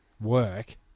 work